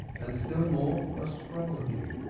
and, still more, astrology,